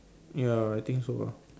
ya I think so ah